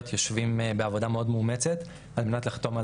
יושבים בעבודה מאוד מאומצת וזאת על מנת לחתום על